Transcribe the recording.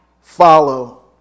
follow